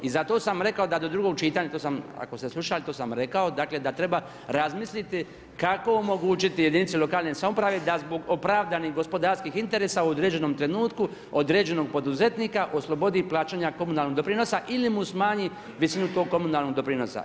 I zato sam rekao da do drugog čitanja, to sam ako ste slušali, to sam rekao, dakle, da treba razmisliti, kako omogućiti jedinici lokalne samouprave, da zbog opravdanih gospodarskih interesa u određenom trenutku, određenog poduzetnika, oslobodi plaženje komunalnog doprinosa ili mu smanji visinu tog komunalnog doprinosa.